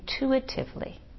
intuitively